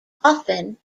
often